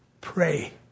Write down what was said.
Pray